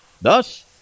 Thus